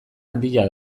handia